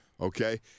okay